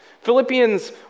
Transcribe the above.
Philippians